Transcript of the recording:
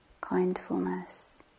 Kindfulness